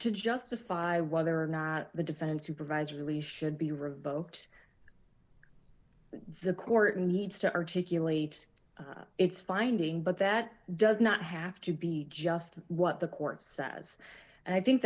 to justify whether or not the defendant's supervisory release should be revoked the court needs to articulate its finding but that does not have to be just what the court says and i think